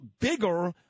bigger